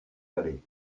aller